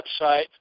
website